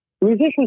musicians